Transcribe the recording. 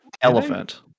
elephant